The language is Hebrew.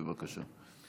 בבקשה.